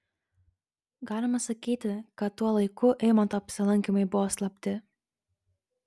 galima sakyti kad tuo laiku eimanto apsilankymai buvo slapti